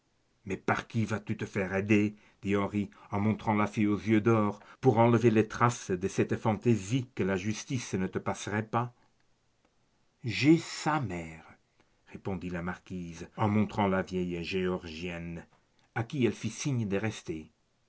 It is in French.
mais par qui vas-tu te faire aider dit henri en montrant la fille aux yeux d'or pour enlever les traces de cette fantaisie que la justice ne te passerait pas j'ai sa mère répondit la marquise en montrant la vieille géorgienne à qui elle fit signe de rester